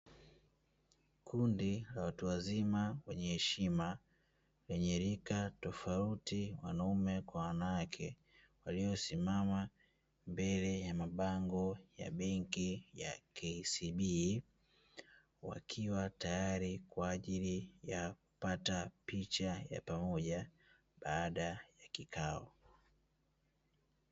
Kundi la watu wazima wenye heshima wenye rika tofauti wanume kwa wanawake, waliosimama mbele ya mabango ya benki ya KCB wakiwa tayari kwaajili ya kupata picha ya pamoja baada ya kikao.